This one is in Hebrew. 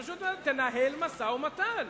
פשוט מאוד: תנהל משא-ומתן.